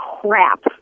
crap